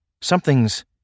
something's